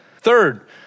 Third